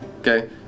Okay